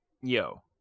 Yo